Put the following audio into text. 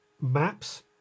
maps